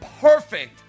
perfect